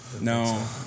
No